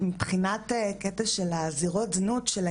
מבחינת זירות הזנות,